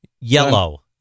Yellow